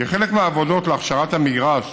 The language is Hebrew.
כחלק מהעבודות להכשרת המגרש